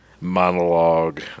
monologue